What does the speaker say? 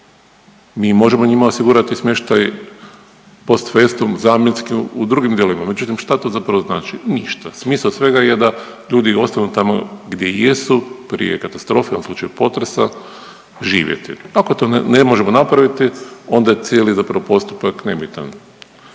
Mi možemo njima osigurati smještaj post festum zamjenski u drugim dijelovima, međutim šta to zapravo znači? Ništa. Smisao svega je da ljudi ostanu tamo gdje jesu prije katastrofe u slučaju potresa živjeti. Ako to ne možemo napraviti onda je cijeli zapravo postupak nebitan.